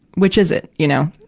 which is it? you know?